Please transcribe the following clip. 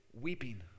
weeping